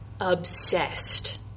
obsessed